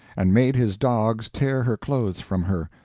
and made his dogs tear her clothes from her,